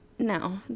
No